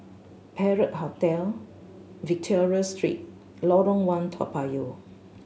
Perak Hotel Victoria Street Lorong One Toa Payoh